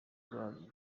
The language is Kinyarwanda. giterane